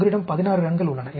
உங்களிடம் 16 ரன்கள் உள்ளன